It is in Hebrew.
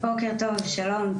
בוקר טוב, שלום.